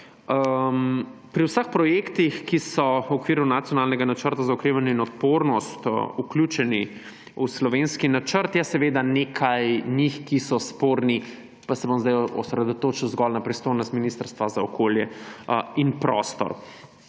Pri vseh projektih, ki so v okviru nacionalnega Načrta za okrevanje in odpornost vključeni v slovenski načrt, je seveda nekaj njih, ki so sporni, pa se bom sedaj osredotočil zgolj na pristojnost Ministrstva za okolje in prostor.